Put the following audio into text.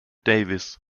davis